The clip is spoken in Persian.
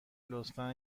لطفا